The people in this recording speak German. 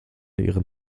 ihren